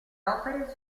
opere